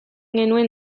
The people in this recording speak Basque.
genuen